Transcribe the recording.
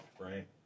right